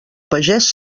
pagés